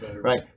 right